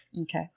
Okay